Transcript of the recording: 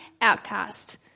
outcast